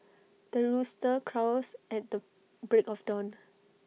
the rooster crows at the break of dawn